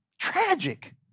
tragic